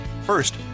First